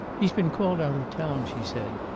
he's been called out of town, she said.